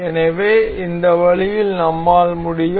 எனவே இந்த வழியில் நம்மால் முடியும்